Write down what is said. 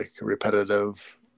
repetitive